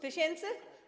Tysięcy?